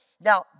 Now